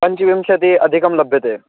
पञ्चविंशत्यधिकं लभ्यते